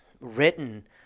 written